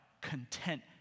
content